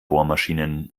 bohrmaschinen